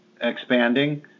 expanding